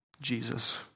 Jesus